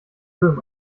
böhm